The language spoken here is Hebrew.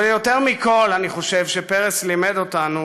אבל יותר מכול, אני חושב, פרס לימד אותנו